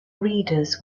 readers